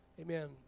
Amen